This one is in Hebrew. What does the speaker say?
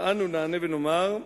ואנו נענה ונאמר: